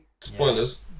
Spoilers